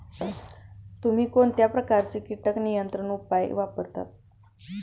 तुम्ही कोणत्या प्रकारचे कीटक नियंत्रण उपाय वापरता?